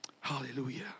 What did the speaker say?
Hallelujah